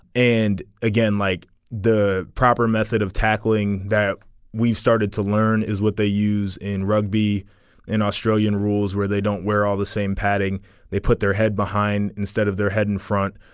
and again like the proper method of tackling that we've started to learn is what they use in rugby and australian rules where they don't wear all the same padding they put their head behind instead of their head in front.